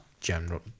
general